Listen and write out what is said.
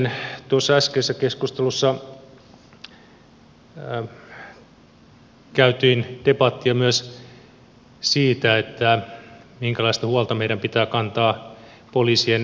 tuossa äskeisessä keskustelussa käytiin debattia myös siitä minkälaista huolta meidän pitää kantaa poliisien työllisyydestä